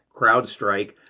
CrowdStrike